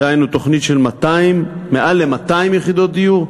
דהיינו תוכנית מעל 200 יחידות דיור,